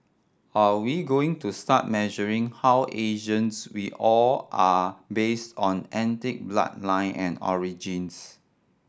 are we going to start measuring how Asians we all are based on ethnic bloodline and origins